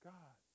God